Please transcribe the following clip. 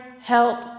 help